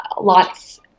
lots